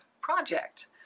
project